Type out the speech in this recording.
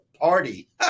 party